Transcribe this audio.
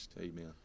amen